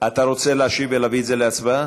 אתה רוצה להשיב ולהביא את זה להצבעה?